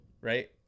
right